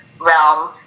realm